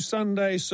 Sunday